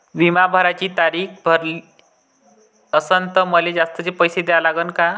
बिमा भराची तारीख भरली असनं त मले जास्तचे पैसे द्या लागन का?